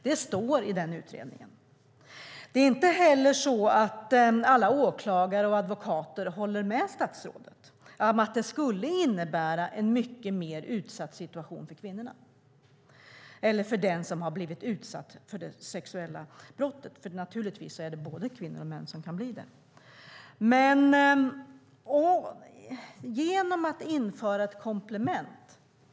Det är inte heller så att alla åklagare och advokater håller med statsrådet om att det skulle innebära en mycket mer utsatt situation för kvinnor och män som har blivit utsatta för sexuella brott, för naturligtvis kan både kvinnor och män bli det.